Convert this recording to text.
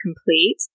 complete